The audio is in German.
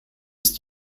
ist